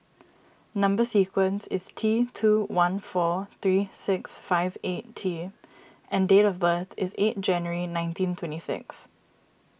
Number Sequence is T two one four three six five eight T and date of birth is eight January nineteen twenty six